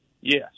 Yes